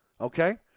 okay